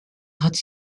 gratte